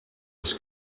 his